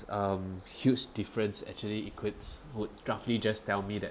um huge difference actually equates would roughly just tell me that